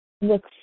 Look